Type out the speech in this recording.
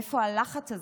מאיפה הלחץ הזה?